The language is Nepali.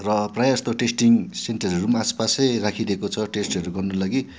र प्रायः जस्तो टेस्टिङ सेन्टरहरू आस पासै राखिदिएको छ टेस्टहरू गर्नु लागि